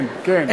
כן, כן.